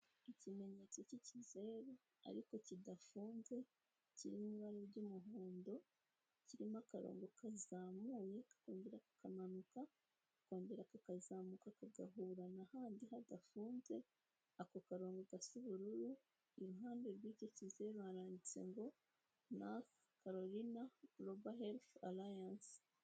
Ikimenyetso cy'ikizeru ariko kidafunze ki mu ibara ry'umuhondo kirimo akarongo kazamuye kongera kakamanuka kakongera kakazamuka kagahura n'ahandi hadafunze ako karongo gasa ubururu iruhande rw'icyo kizeru haranditse ngo nofu karorina goroba helifi ariyanse..